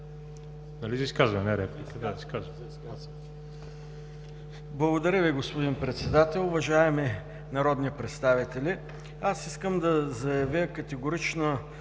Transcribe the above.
Благодаря Ви, господин Председател. Уважаеми народни представители, искам да заявя категорична